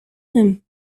him